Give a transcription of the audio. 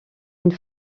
une